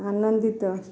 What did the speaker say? ଆନନ୍ଦିତ